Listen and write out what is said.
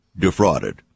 defrauded